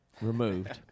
removed